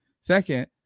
Second